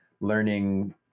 learning